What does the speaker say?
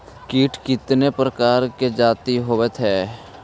कीट कीतने प्रकार के जाती होबहय?